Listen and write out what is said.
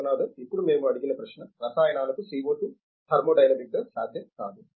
విశ్వనాథన్ ఇప్పుడు మేము అడిగిన ప్రశ్న రసాయనాలకు CO2 థర్మోడైనమిక్గా సాధ్యం కాదు